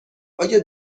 آیا